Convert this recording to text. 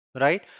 right